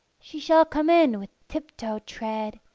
she shall come in with tip-toe tread,